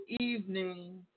evening